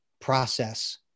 process